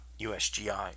USGI